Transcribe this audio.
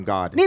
God